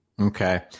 Okay